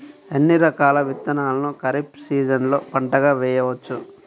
ఎన్ని రకాల విత్తనాలను ఖరీఫ్ సీజన్లో పంటగా వేయచ్చు?